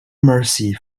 mercy